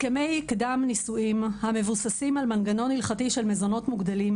הסכמי קדם נישואים המבוססים על מנגנון הילכתי של מזונות מוגדלים,